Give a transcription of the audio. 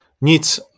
Nic